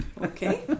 okay